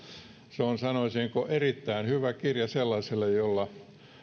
se on sanoisinko erittäin hyvä kirja sellaiselle jolla